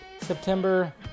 September